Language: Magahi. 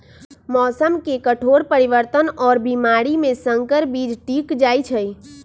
मौसम के कठोर परिवर्तन और बीमारी में संकर बीज टिक जाई छई